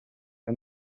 que